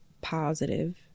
positive